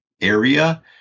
area